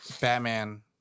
Batman